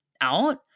out